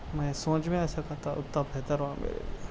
میں سوچ بھی نہیں سکتا تھا اتنا بہتر ہُوا میرے لیے